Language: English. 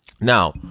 Now